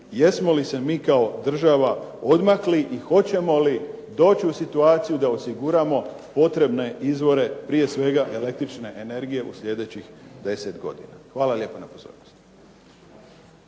jesmo li se mi kao država odmakli i hoćemo li doći u situaciju da osiguramo potrebne izvore prije svega električne energije u sljedećih 10 godina. Hvala lijepa na pozornosti.